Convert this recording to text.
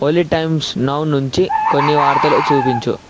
ఓలి Times Now నుంచి కొన్ని వార్తలు చూపించు